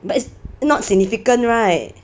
but it's not significant [right]